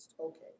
Okay